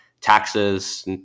taxes